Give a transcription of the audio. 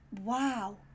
wow